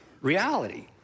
reality